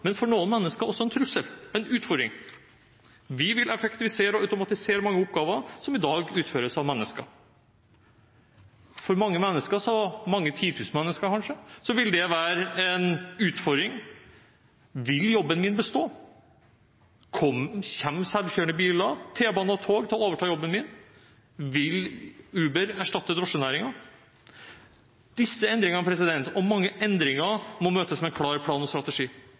men for noen mennesker også en trussel – en utfordring. Vi vil effektivisere og automatisere mange oppgaver som i dag utføres av mennesker. For mange mennesker – mange titusen mennesker, kanskje – vil det være en utfordring. Vil jobben min bestå? Kommer selvkjørende biler, T-bane og tog til å overta jobben min? Vil Uber erstatte drosjenæringen? Disse endringene – og mange endringer – må møtes med en klar plan og strategi.